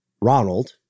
Ronald